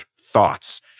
thoughts